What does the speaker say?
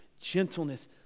gentleness